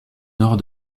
nord